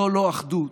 זה לא אחדות.